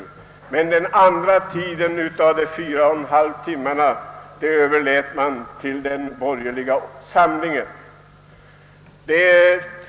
Vad som återstod av de fyra och en halv timmarna överlät man åt den borgerliga samlingen.